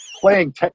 playing